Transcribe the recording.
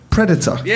Predator